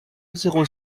zéro